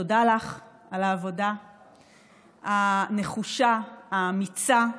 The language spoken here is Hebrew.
תודה לך על העבודה הנחושה, האמיצה,